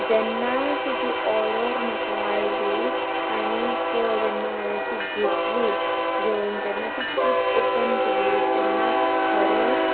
जेन्ना तेजी ओर्डर म्हाका आयली आनीक जेन्ना हांवें ती घेतली घेवन जेन्ना ती कीट ऑपन केली तेन्ना खरेंच